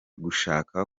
gushaka